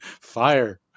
fire